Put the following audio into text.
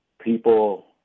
people